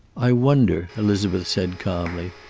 i wonder, elizabeth said calmly,